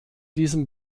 diesem